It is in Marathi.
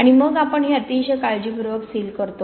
आणि मग आपण हे अतिशय काळजीपूर्वक सील करतो